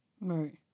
Right